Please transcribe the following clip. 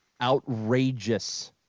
Outrageous